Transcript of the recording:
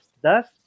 Thus